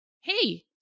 Hey